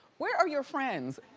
where are your friends?